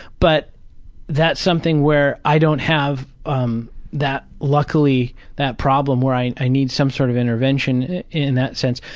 but that's something where i don't have um that luckily that problem where i i need some sort of intervention in that sense.